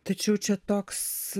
tačiau čia toks